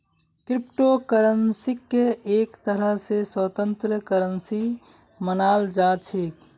crypto करन्सीक एक तरह स स्वतन्त्र करन्सी मानाल जा छेक